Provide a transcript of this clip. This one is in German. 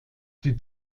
die